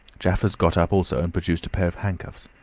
jaffers got up also and produced a pair of handcuffs.